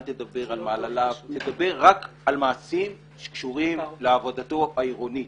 אל תדבר על מעלליו אלא דבר רק על מעשים שקשורים לעבודתו העירונית.